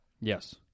Yes